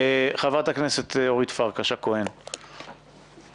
חברת הכנסת אורית פרקש הכהן, בבקשה.